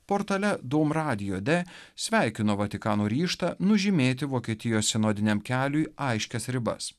portale dom radio de sveikino vatikano ryžtą nužymėti vokietijos sinodiniam keliui aiškias ribas